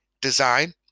design